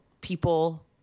people